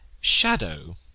shadow